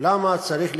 למה צריך להישאר?